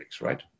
right